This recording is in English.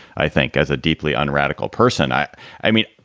i think as a deeply on radical person, i i mean,